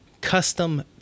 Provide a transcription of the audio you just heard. custom